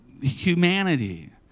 humanity